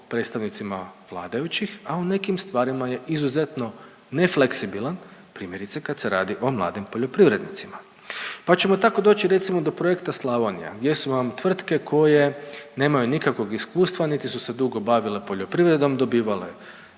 predstavnicima vladajućih, a u nekim stvarima je izuzetno nefleksibilan primjerice kad se radi o mladim poljoprivrednicima. Pa ćemo tako doći recimo do projekta Slavonija gdje su vam tvrtke koje nemaju nikakvog iskustva niti su se dugo bavile poljoprivredom dobivale